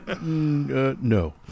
no